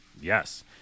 yes